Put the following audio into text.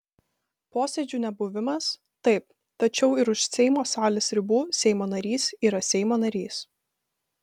posėdžių nebuvimas taip tačiau ir už seimo salės ribų seimo narys yra seimo narys